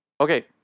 okay